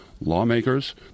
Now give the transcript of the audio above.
lawmakers